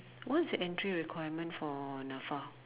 what's the entry requirement for Nafa